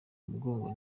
umugongo